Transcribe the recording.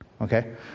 Okay